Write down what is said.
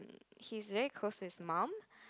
he's very close his mum